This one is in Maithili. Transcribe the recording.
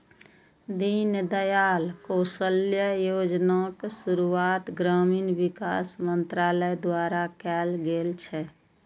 दीनदयाल कौशल्य योजनाक शुरुआत ग्रामीण विकास मंत्रालय द्वारा कैल गेल छै